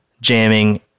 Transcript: jamming